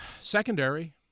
Secondary